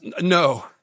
no